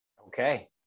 Okay